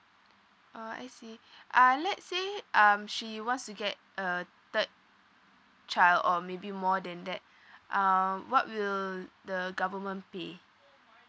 uh I see uh let's say um she wants to get a third child or maybe more than that err what will the government pay